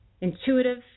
intuitive